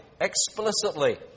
explicitly